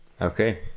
Okay